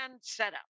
setup